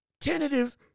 tentative